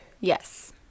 Yes